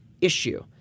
issue